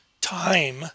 time